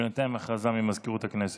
בינתיים, הודעה של מזכירות הכנסת.